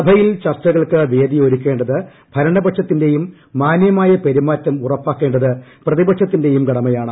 സഭയിൽ ചർച്ചകൾക്ക് വേദിയൊരുക്കേണ്ടത് ഭരണപക്ഷത്തിന്റെയും മാന്യമായ പെരുമാറ്റം ഉറപ്പു വരുത്തേണ്ടത് പ്രതിപക്ഷത്തിന്റെയും കടമയാണ്